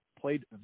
played